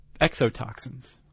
exotoxins